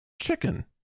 chicken